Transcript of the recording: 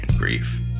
grief